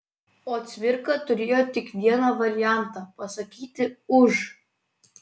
o cvirka turėjo tik vieną variantą pasakyti už